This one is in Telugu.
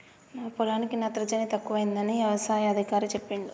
మా పొలానికి నత్రజని తక్కువైందని యవసాయ అధికారి చెప్పిండు